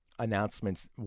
Announcements